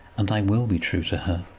and i will be true to her,